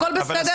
הכול בסדר.